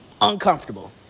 uncomfortable